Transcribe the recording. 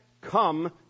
come